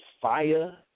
fire